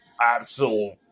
absolute